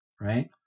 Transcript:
right